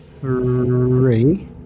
three